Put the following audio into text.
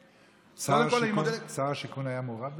שר השיכון היה מעורב בזה?